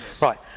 Right